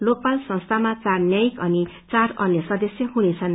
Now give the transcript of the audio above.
लोकपाल संस्थामा चार न्यायिक अनि चार अन्य सदस्य हुनेछन्